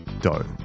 dough